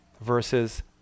versus